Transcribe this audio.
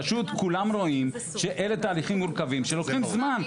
פשוט כולם רואים שאלה תהליכים מורכבים שלוקחים זמן.